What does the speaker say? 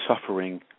suffering